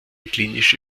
klinische